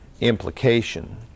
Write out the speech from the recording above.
implication